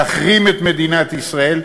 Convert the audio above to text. להחרים את מדינת ישראל,